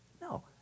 No